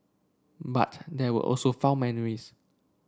but there were also fond memories